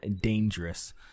dangerous